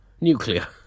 nuclear